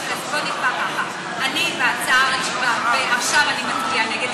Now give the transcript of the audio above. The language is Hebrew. אז בוא נקבע ככה: עכשיו אני מצביעה נגד.